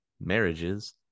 marriages